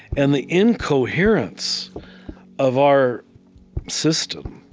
and the incoherence of our system